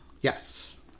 Yes